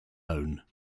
own